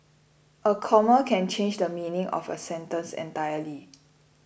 a comma can change the meaning of a sentence entirely